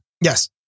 Yes